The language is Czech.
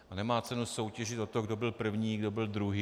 A nemá cenu soutěžit o to, kdo byl první, kdo druhý.